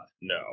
no